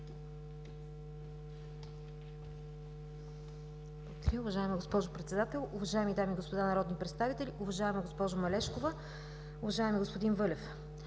Уважаема госпожо Председател, уважаеми дами и господа народни представители, уважаема госпожо Малешкова, уважаеми господин Вълев!